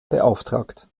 beauftragt